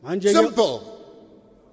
Simple